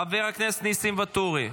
חבר הכנסת ניסים ואטורי,